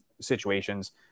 situations